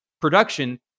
production